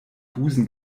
busen